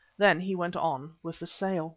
then he went on with the sale.